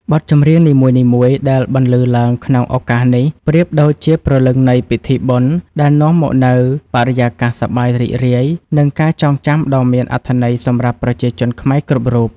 បទចម្រៀងនីមួយៗដែលបន្លឺឡើងក្នុងឱកាសនេះ ប្រៀបដូចជាព្រលឹងនៃពិធីបុណ្យ ដែលនាំមកនូវបរិយាកាសសប្បាយរីករាយ និងការចងចាំដ៏មានអត្ថន័យសម្រាប់ប្រជាជនខ្មែរគ្រប់រូប។